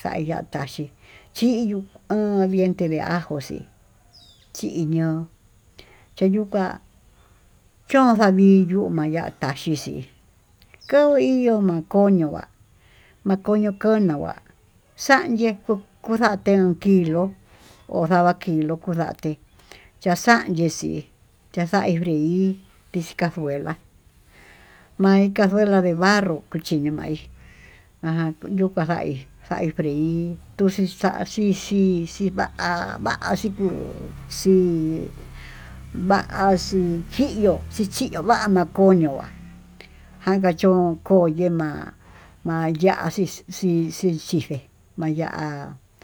xa'á ya'á taxhí xhiyuu an diente de ajo xi xinió heyuka chonxa'a vii yuu maya'a yaxhixi kuu iyo'o makoño va'á ñakoño kono va'á, xanyekuu kuyate yuu kuii kilo ho ndava kilo ndaté yaxanyexí, yaxai freir kixka kuela'a mai casuela de barro, chiño ma'í ajan yuka frai frai freir xa'a xhin xixhí va'á va'á xhikuu, kuu vaxhí kiyuu chichiyo va'á, nakoño va'á jankachón koyee ma'á mayaxhi xhixi xhive'é maya'á.